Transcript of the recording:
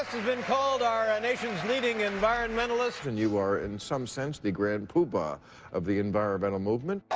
been called our ah nation's leading environmentalist. and you are, in some sense, the grand poobah of the environmental movement.